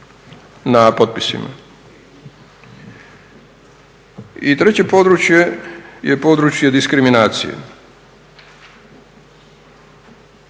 na potpisima. I treće područje je područje diskriminacije.